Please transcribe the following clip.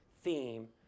theme